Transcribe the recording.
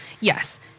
Yes